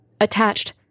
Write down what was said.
Attached